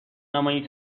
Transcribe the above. نمایی